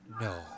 No